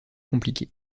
compliqué